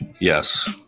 Yes